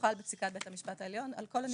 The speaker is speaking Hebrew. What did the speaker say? והוחל בפסיקת בית המשפט העליון על כל הנפגעים.